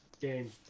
game